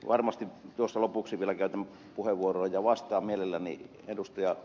varmasti tuossa lopuksi vielä käytän puheenvuoron ja vastaan mielelläni ed